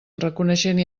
reconeixent